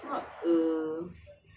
kau bunuh people